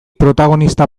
protagonista